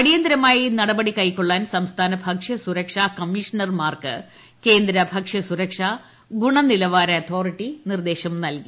അടിയന്തിരമായി നടപടികൈക്കൊളളാൻ സംസ്ഥാന ഭക്ഷ്യസുരക്ഷാ കമ്മിഷണർമാർക്ക് കേന്ദ്ര ഭക്ഷ്യസുരക്ഷാ ഗുണനിലവാര അതോറിറ്റി നിർദേശം നൽകി